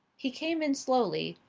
he came in slowly,